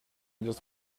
just